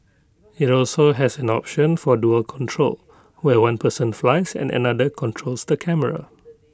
IT also has an option for dual control where one person flies and another controls the camera